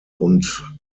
und